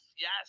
yes